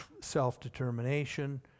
self-determination